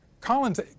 Collins